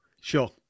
Sure